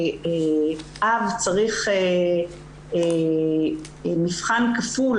שאב צריך מבחן כפול.